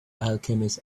alchemist